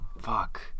Fuck